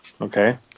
Okay